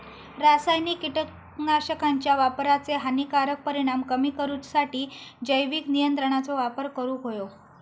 रासायनिक कीटकनाशकांच्या वापराचे हानिकारक परिणाम कमी करूसाठी जैविक नियंत्रणांचो वापर करूंक हवो